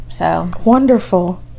Wonderful